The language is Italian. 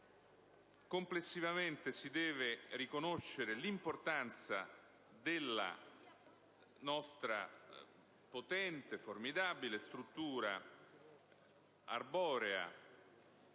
Complessivamente, si deve riconoscere l'importanza della nostra potente, formidabile struttura arborea